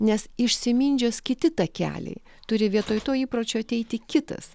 nes išsimindžios kiti takeliai turi vietoj to įpročio ateiti kitas